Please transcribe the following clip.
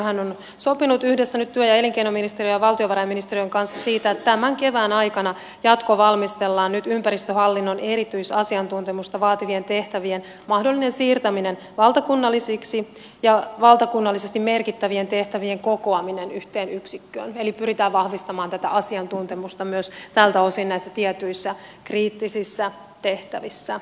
ympäristöministeriöhän on nyt sopinut yhdessä työ ja elinkeinoministeriön ja valtiovarainministeriön kanssa siitä että tämän kevään aikana jatkovalmistellaan ympäristöhallinnon erityisasiantuntemusta vaativien tehtävien mahdollinen siirtäminen valtakunnallisiksi ja valtakunnallisesti merkittävien tehtävien kokoaminen yhteen yksikköön eli pyritään vahvistamaan tätä asiantuntemusta myös tältä osin näissä tietyissä kriittisissä tehtävissä